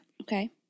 Okay